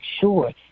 sure